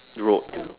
road you know